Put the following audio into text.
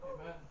Amen